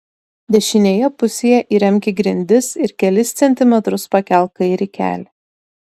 dešinėje pusėje įremk į grindis ir kelis centimetrus pakelk kairį kelį